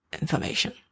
information